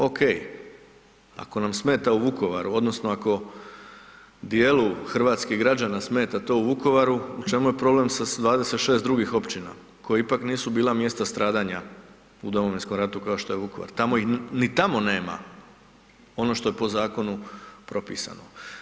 Okej, ako nam smeta u Vukovaru odnosno ako dijelu hrvatskih građana smeta to u Vukovaru, u čemu je problem sa 26 drugih općina koja ipak nisu bila mjesta stradanja u Domovinskom ratu kao što je Vukovar, tamo ih, ni tamo nema ono što je po zakonu propisano.